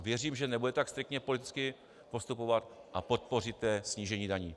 Věřím, že nebudete tak striktně politicky postupovat a podpoříte snížení daní.